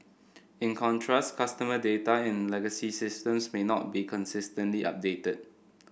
in contrast customer data in legacy systems may not be consistently updated